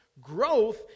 Growth